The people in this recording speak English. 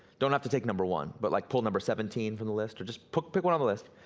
don't have to take number one, but like pull number seventeen from the list, or just pick pick one on the list,